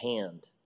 hand